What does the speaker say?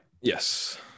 Yes